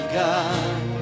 god